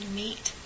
meet